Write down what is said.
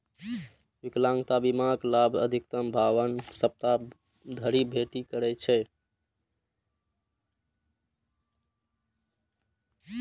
विकलांगता बीमाक लाभ अधिकतम बावन सप्ताह धरि भेटि सकै छै